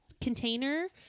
container